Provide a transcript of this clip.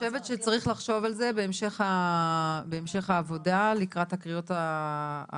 אני חושבת שצריך לחשוב על זה בהמשך העבודה לקראת הקריאות האחרות,